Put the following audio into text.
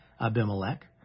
Abimelech